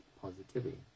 positivity